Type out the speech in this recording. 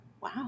Wow